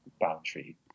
boundary